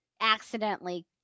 accidentally